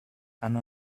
hanno